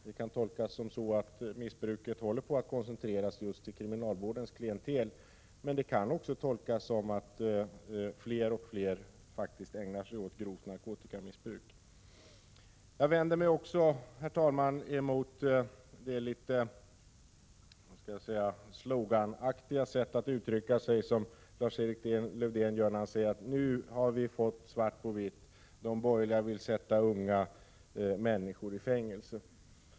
Det kan tolkas som att missbruket håller på att koncentreras just till kriminalvårdens klientel, men det kan också tolkas som att fler och fler faktiskt ägnar sig åt grovt narkotikamissbruk. Jag vänder mig också, herr talman, emot det litet sloganaktiga sätt att uttrycka sig som Lars-Erik Lövdén använder sig av när han säger att vi nu har fått svart på vitt: de borgerliga vill sätta unga människor i fängelse.